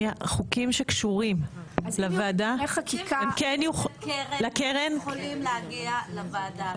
חוקים שקשורים לקרן --- לקרן יכולים להגיע לוועדה הזאת.